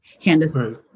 Candace